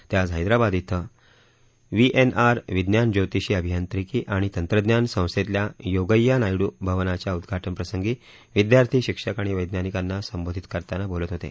ते आज हैदराबाद इथं वीएनआर विज्ञान ज्योति अभियांत्रिकी आणि तंत्रज्ञान संस्थेतल्या योगेया नायडू भवनाच्या उद्घाटन प्रसंगी विद्यार्थी शिक्षक आणि वैज्ञानिकांना संबोधित करताना बोलत होते